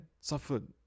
suffered